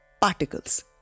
particles